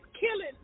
killing